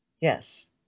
Yes